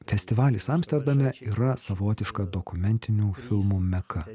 festivalis amsterdame yra savotiška dokumentinių filmų meka